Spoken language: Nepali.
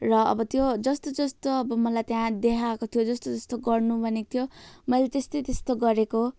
र अब त्यो जस्तो जस्तो अब मलाई त्यहाँ देखाएको थियो जस्तो जस्तो गर्नु भनेको थियो मैले त्यस्तै त्यस्तो गरेको